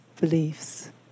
beliefs